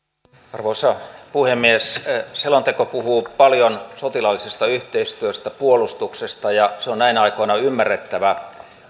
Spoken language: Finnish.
arvoisa puhemies selonteko puhuu paljon sotilaallisesta yhteistyöstä puolustuksesta ja se on näinä aikoina ymmärrettävää